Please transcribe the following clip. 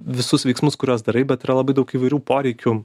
visus veiksmus kuriuos darai bet yra labai daug įvairių poreikių